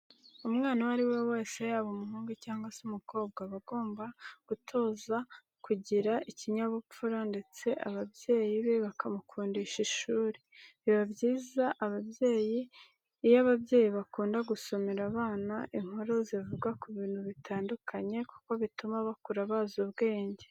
Umwana uwo ari we wese yaba umuhungu cyangwa se umukobwa aba agomba gutoza kugira ikinyabupfura ndetse ababyeyi be bakamukundisha ishuri. Biba byiza iyo ababyeyi bakunda gusomera abana inkuru zivuga ku bintu bitandukanye kuko bituma bakura bazi ubwenge.